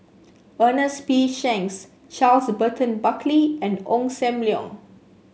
Ernest P Shanks Charles Burton Buckley and Ong Sam Leong